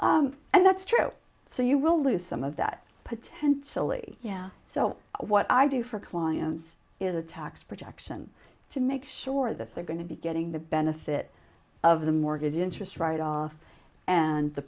and that's true so you will lose some of that potentially so what i do for clients is a tax projection to make sure that they're going to be getting the benefit of the mortgage interest write off and the